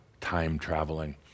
time-traveling